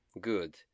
Good